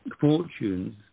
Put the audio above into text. fortunes